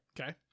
Okay